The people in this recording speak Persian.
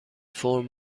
فرم